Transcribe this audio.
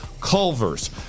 Culver's